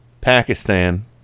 pakistan